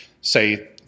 say